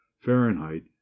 Fahrenheit